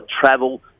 travel